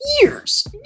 Years